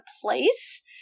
place